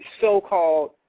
so-called